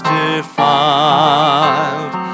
defiled